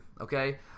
okay